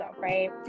right